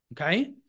Okay